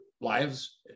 lives